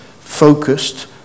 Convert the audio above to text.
focused